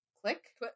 click